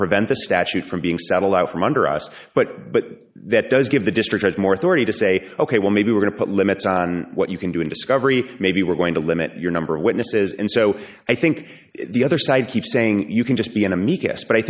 prevent the statute from being settle out from under us but but that does give the district has more authority to say ok well maybe we're going to put limits on what you can do in discovery maybe we're going to limit your number of witnesses and so i think the other side keeps saying you can just be an amicus but i